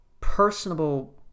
personable